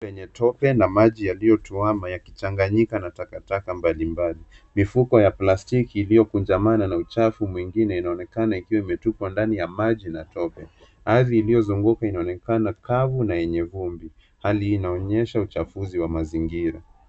Kwenye tope na maji yaliyotuama yakichanganyika na takataka mbalimbali mifuko ya plastiki iliyokunjamana na uchafu mwingine inaonekana ikiwa imetupwa ndani ya maji na tope, maakazi iliyozunguka inaonekana kavu na yenye vumbi . Hali hii inaonyesha uchafu wa mazingira.